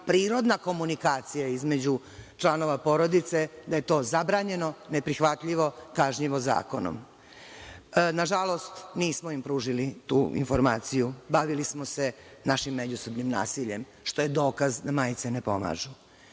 prirodna komunikacija između članova porodice, da je to zabranjeno, neprihvatljivo, kažnjivo zakonom. Nažalost, nismo im pružili tu informaciju. Bavili smo se našim međusobnim nasiljem, što je dokaz da majice ne pomažu. Samo